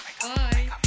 Bye